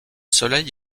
soleil